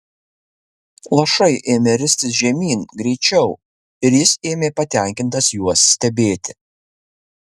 lašai ėmė ristis žemyn greičiau ir jis ėmė patenkintas juos stebėti